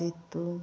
ᱥᱤᱛᱩᱝ